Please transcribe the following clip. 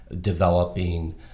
developing